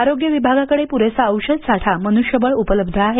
आरोग्य विभागाकडे पुरेसा औषधसाठा मनुष्यबळ उपलब्ध आहे